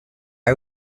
are